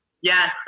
Yes